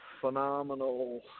phenomenal